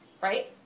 right